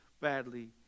badly